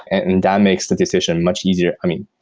and that makes the decision much easier i mean,